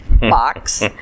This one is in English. box